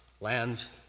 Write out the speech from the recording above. lands